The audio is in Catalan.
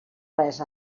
res